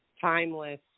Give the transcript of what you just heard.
timeless